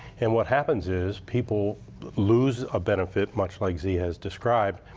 and what happens is people lose a benefit much like so he has described,